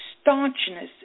staunchness